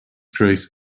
created